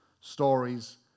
stories